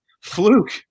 fluke